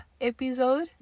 episode